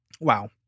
Wow